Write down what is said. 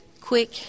quick